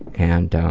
and